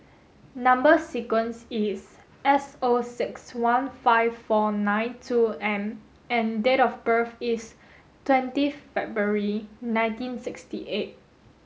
number sequence is S O six one five four nine two M and date of birth is twentieth February nineteen sixty eight